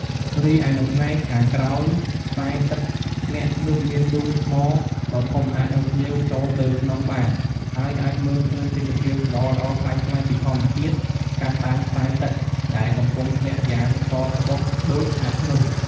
រីឯនៅផ្នែកខាងក្រោយខ្សែទឹកធ្លាក់នោះមានរូងថ្មដ៏ធំអាចឱ្យភ្ញៀវចូលទៅក្នុងបាន ហើយអាចមើលឃើញទេសភាពល្អៗប្លែកៗពីធម្មជាតិកាត់តាមខ្សែទឹកដែលកំពុងធ្លាក់យ៉ាងសក្បុសដូចអ័ព្ទនោះ ។